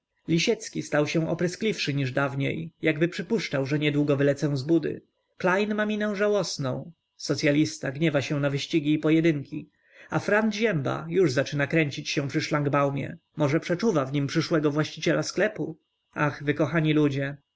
lisiecki stał się opryskliwszy niż dawniej jakby przypuszczał że niedługo wylecę z budy klejn ma minę żałosną socyalista gniewa się na wyścigi i pojedynki a frant ziemba już zaczyna kręcić się przy szlangbaumie może przeczuwa w nim przyszłego właściciela sklepu ach wy kochani ludzie